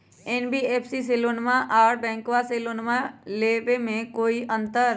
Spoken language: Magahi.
एन.बी.एफ.सी से लोनमा आर बैंकबा से लोनमा ले बे में कोइ अंतर?